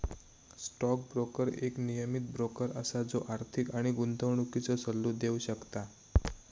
stock broker एक नियमीत broker असा जो आर्थिक आणि गुंतवणुकीचो सल्लो देव शकता